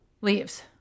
leaves